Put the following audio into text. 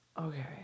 Okay